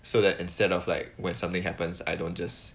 so that instead of like when something happens I don't just